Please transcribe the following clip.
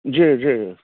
जी जी